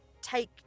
take